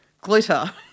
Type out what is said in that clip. glitter